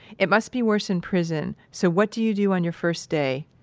it must be worse in prison so, what do you do on your first day?